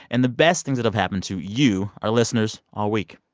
and the best things that have happened to you, our listeners, all week